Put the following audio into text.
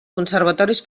conservatoris